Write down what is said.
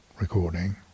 recording